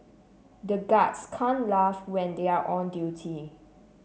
the guards can't laugh when they are on duty